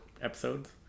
episodes